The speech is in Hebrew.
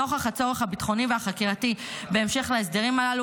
נוכח הצורך הביטחוני והחקירתי בהמשך להסדרים הללו,